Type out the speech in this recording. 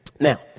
Now